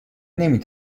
نمی